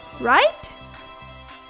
right